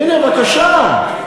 הנה, בבקשה.